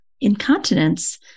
incontinence